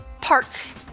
parts